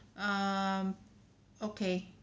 um okay